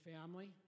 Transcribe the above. family